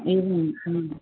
एवं